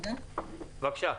בבקשה.